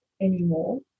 anymore